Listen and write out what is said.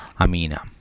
amina